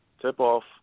tip-off